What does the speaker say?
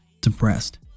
depressed